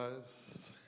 guys